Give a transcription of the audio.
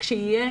כשיהיה,